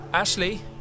Ashley